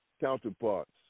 counterparts